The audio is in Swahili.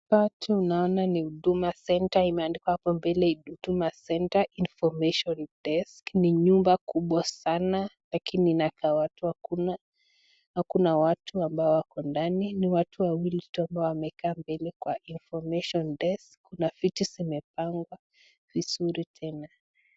Hapa tunaoni ni huduma center, imeandikwa hapo mbele huduma center Information desk , ni nyumba kubwa sana lakini inakaa watu hakuna, hakuna watu ambao wako ndani ni watu wawili ambao wamekaa mbele kwa Informaion Desk kuna viti zimepangwa vizuri tena.